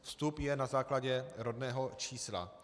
Vstup je na základě rodného čísla.